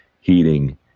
heating